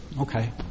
okay